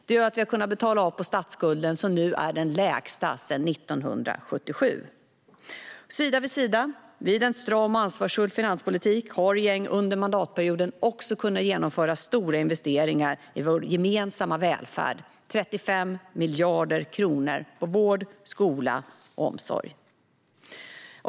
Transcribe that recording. Det gör att vi har kunnat betala av på statsskulden som nu är den lägsta sedan 1977. Sida vid sida med en stram och ansvarsfull finanspolitik har regeringen under mandatperioden också kunnat genomföra stora investeringar i vår gemensamma välfärd, 35 miljarder kronor till vård, skola och omsorg.